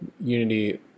unity